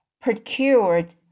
procured